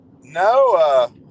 No